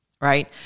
right